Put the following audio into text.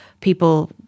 people